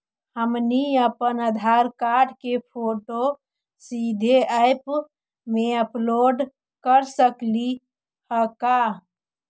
हमनी अप्पन आधार कार्ड के फोटो सीधे ऐप में अपलोड कर सकली हे का?